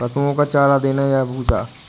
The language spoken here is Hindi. पशुओं को चारा देना चाहिए या भूसा?